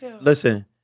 Listen